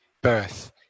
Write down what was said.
birth